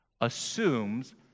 assumes